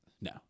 No